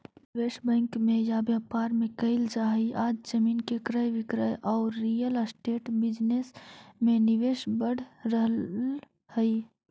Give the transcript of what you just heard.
निवेश बैंक में या व्यापार में कईल जा हई आज जमीन के क्रय विक्रय औउर रियल एस्टेट बिजनेस में निवेश बढ़ रहल हई